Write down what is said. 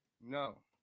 No